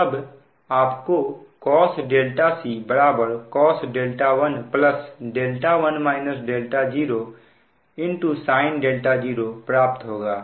तब आपको cos ccos 1 sin 0 प्राप्त होगा